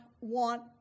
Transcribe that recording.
want